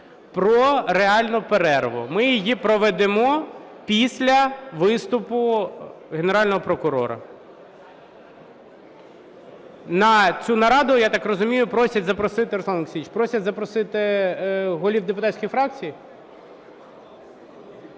про реальну перерву. Ми її проведемо після виступу Генерального прокурора. На цю нараду, як так розумію, просять запросити, Руслане